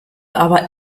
aber